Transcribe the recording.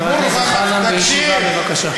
חבר הכנסת אורן חזן, בישיבה, בבקשה.